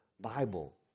Bible